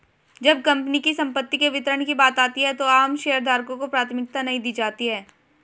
जब कंपनी की संपत्ति के वितरण की बात आती है तो आम शेयरधारकों को प्राथमिकता नहीं दी जाती है